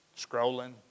scrolling